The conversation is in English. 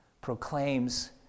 proclaims